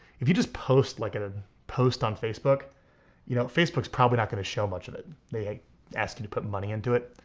if you just post like a ah post on facebook you know, facebook's probably not gonna show much of it. they ask you to put money into it.